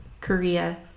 Korea